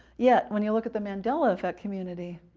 yet, when you look at the mandela effect community,